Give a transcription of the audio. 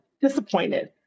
disappointed